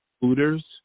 Hooters